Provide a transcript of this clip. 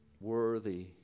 Worthy